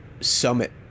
summit